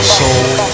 soul